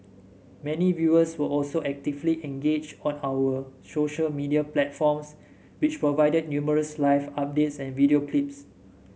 many viewers were also actively engaged on our social media platforms which provided numerous live updates and video clips